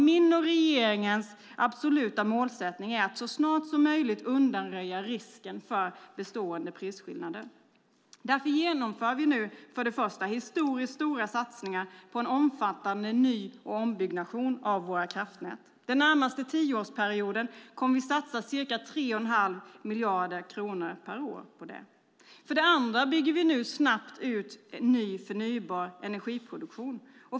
Min och regeringens absoluta målsättning är att så snart som möjligt undanröja risken för bestående prisskillnader. För det första genomför vi därför nu historiskt stora satsningar på en omfattande ny och ombyggnation av våra kraftnät. Den närmaste tioårsperioden kommer vi att satsa ca 3,5 miljarder kronor per år. För det andra bygger vi nu snabbt ut ny förnybar energiproduktion.